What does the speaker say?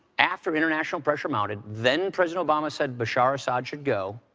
after international pressure mounted, then president obama said bashar assad should go.